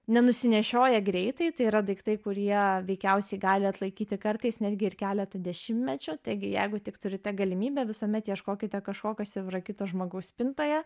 nenusinešioja greitai tai yra daiktai kurie veikiausiai gali atlaikyti kartais netgi ir keletą dešimtmečių taigi jeigu tik turite galimybę visuomet ieškokite kažko kas jau yra kito žmogaus spintoje